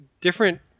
different